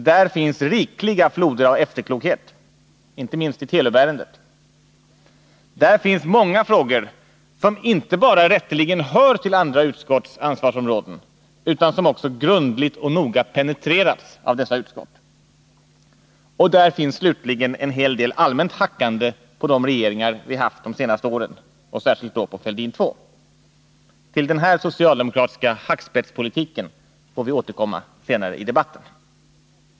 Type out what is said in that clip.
Där finns rikliga floder av efterklokhet, inte minst i Telub-ärendet. Där finns många frågor som inte Granskningsarbebara rätteligen hör till andra utskotts ansvarsområden utan också grundligt = tets omfattning och noga penetrerats av dessa utskott. Och där finns slutligen en hel del — och inriktning, allmänt hackande på de regeringar vi haft de senaste åren, och särskilt då på = m.m. Fälidin II. Till den här socialdemokratiska ”hackspettspolitiken” får vi återkomma senare i debatten.